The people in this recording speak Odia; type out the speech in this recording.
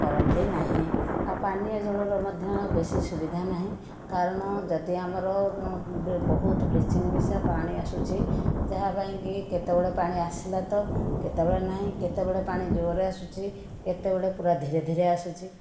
କରନ୍ତି ନାହିଁ ଆଉ ପାନୀୟ ଜଳର ମଧ୍ୟ ବେଶି ସୁବିଧା ନାହିଁ କାରଣ ଯଦି ଆମର ବହୁତ ବ୍ଲିଚିଂ ମିଶା ପାଣି ଆସୁଛି ଯାହା ପାଇଁକି କେତେବେଳ ପାଣି ଆସିଲା ତ କେତେବେଳେ ନାହିଁ କେତେବେଳେ ପାଣି ଜୋରରେ ଆସୁଛି କେତେବେଳେ ପୁରା ଧୀରେ ଧୀରେ ଆସୁଛି